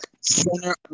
center